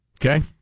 Okay